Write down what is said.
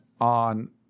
on